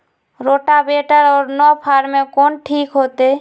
Rotavator और नौ फ़ार में कौन ठीक होतै?